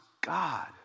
God